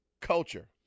Culture